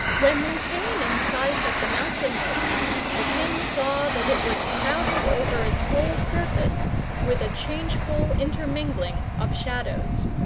when they came in sight of the mountain-lake, the king saw that it was crowded over its whole surface with a changeful intermingling of shadows.